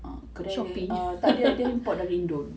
ah kedai tak dia dia import dari indon